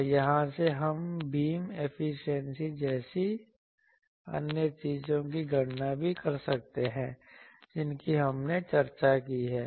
और यहाँ से हम बीम एफिशिएंसी जैसी अन्य चीजों की गणना भी कर सकते हैं जिनकी हमने चर्चा की है